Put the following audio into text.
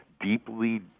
deeply